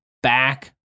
back